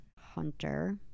hunter